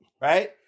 right